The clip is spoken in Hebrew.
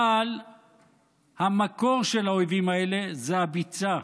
אבל המקור של האויבים האלה זה הביצה.